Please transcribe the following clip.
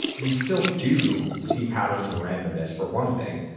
we still do see patterns in randomness, for one thing.